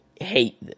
Hate